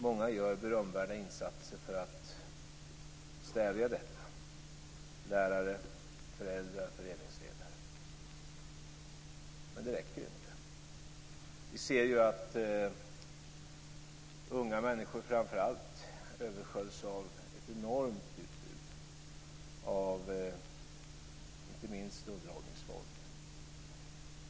Många gör berömvärda insatser för att stävja detta - lärare, föräldrar och föreningsledare. Men det räcker inte. Vi ser att unga människor, framför allt, översköljs av ett enormt utbud av inte minst underhållningsvåld.